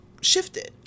shifted